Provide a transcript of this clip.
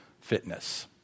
fitness